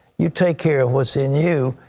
you take care of what's in you,